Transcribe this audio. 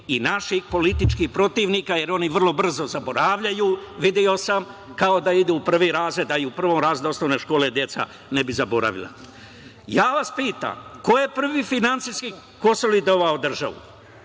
i naših političkih protivnika, jer oni vrlo brzo zaboravljaju, video sam, kao da idu u prvi razred, a i u prvom razredu osnovne škole deca ne bi zaboravila. Ja vas pitam – ko je prvi finansijski konsolidovao državu?